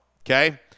okay